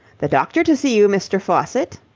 the doctor to see you, mr. faucitt.